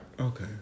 Okay